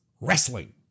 wrestling